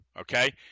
okay